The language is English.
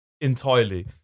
entirely